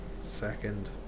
second